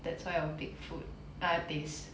that's will I will pick food ah taste